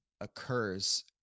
occurs